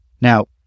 Now